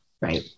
Right